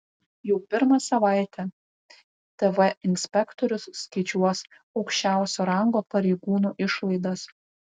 jau pirmą savaitę tv inspektorius skaičiuos aukščiausio rango pareigūnų išlaidas